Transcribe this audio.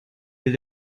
will